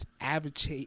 average